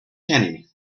kenny